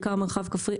בעיקר מרחב כפרי,